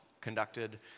conducted